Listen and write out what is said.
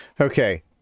Okay